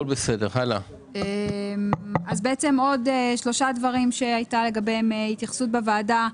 אז עוד שלושה דברים שהייתה לגביהם התייחסות בוועדה.